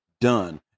done